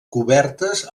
cobertes